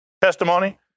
testimony